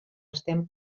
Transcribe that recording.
estem